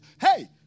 Hey